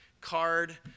card